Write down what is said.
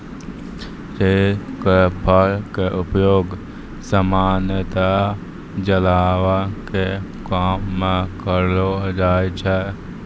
चीड़ के फल के उपयोग सामान्यतया जलावन के काम मॅ करलो जाय छै